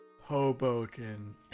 Hoboken